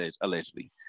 allegedly